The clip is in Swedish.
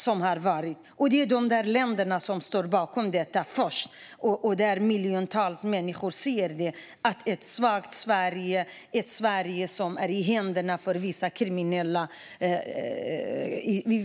Det är alltså dessa länder som ligger bakom att miljontals människor ser Sverige som svagt och i händerna på kriminella.